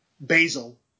Basil